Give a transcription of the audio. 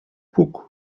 puk